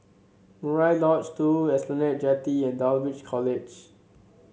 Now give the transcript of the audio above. Murai Lodge Two Esplanade Jetty and Dulwich College